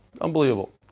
Unbelievable